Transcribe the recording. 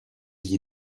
gli